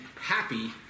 happy